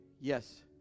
Yes